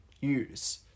use